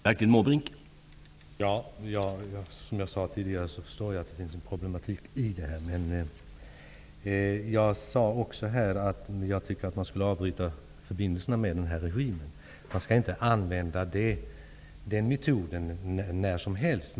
Herr talman! Som jag sade tidigare förstår jag att sekretessen skapar problem. Jag sade också att jag tycker att man skall avbryta förbindelserna med regimen. Man skall inte använda den metoden när som helst.